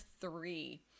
three